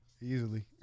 easily